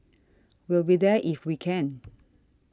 we'll be there if we can